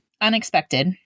Unexpected